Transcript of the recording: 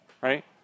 right